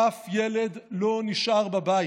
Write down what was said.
אף ילד לא נשאר בבית.